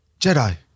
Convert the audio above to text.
Jedi